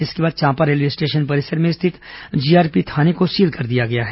इसके बाद Champa railway station परिसर में स्थित जीआरपी थाने को सील कर दिया गया है